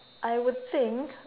I would think